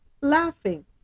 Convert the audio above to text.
laughing